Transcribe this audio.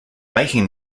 making